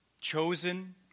Chosen